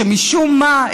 שמשום מה,